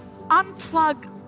Unplug